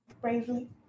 Bravely